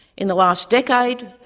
in the last decade,